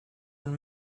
and